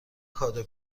کادو